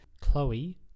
Chloe